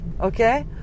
okay